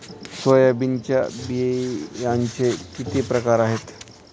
सोयाबीनच्या बियांचे किती प्रकार आहेत?